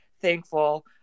thankful